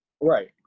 Right